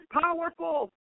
powerful